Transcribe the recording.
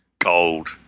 gold